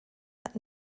that